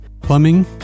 Plumbing